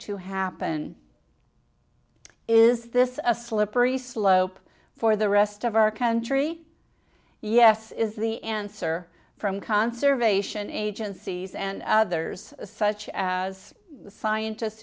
to happen is this a slippery slope for the rest of our country yes is the answer from conservation agencies and others such as scientist